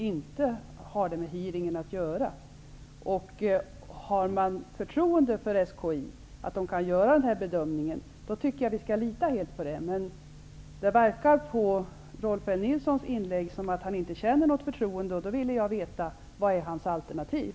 Det har inte med hearingen att göra. Om man har förtroende för att SKI kan göra en sådan bedömning, tycker jag att vi skall lita helt på den. Det verkar på Rolf L Nilsons inlägg som att han inte känner något sådant förtroende. Jag vill då veta vad han har för alternativ.